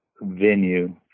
venue